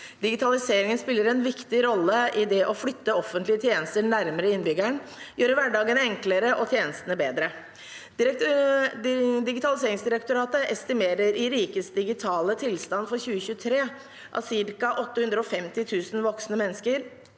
Digitaliseringen spiller en viktig rolle i det å flytte offentlige tjenester nærmere innbyggeren og gjøre hverdagen enklere og tjenestene bedre. Digitaliseringsdirektoratet estimerer i «Rikets digitale tilstand 2023» at ca. 850 000 voksne mennesker